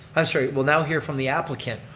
i'm sorry, will now hear from the applicant,